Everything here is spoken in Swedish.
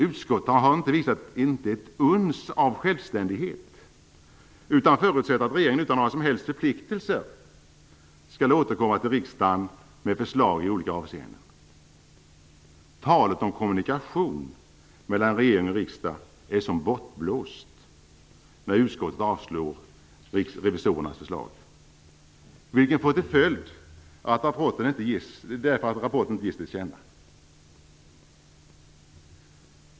Utskottet har inte visat ett uns av självständighet, utan förutsatt att regeringen utan några som helst förpliktelser skall återkomma till riksdagen med förslag i olika avseenden. Talet om kommunikation mellan regering och riksdag är som bortblåst när utskottet avstyrker revisorernas förslag, vilket får till följd att rapporten inte ges till känna.